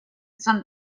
some